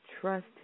trust